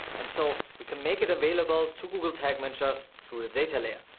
and so we can make it available to google tag manager through the data layer.